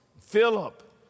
Philip